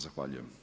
Zahvaljujem.